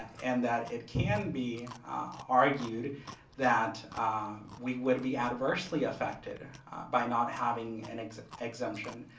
and that it can be argued that we would be adversely affected by not having an exemption.